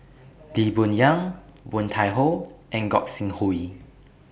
Lee Boon Yang Woon Tai Ho and Gog Sing Hooi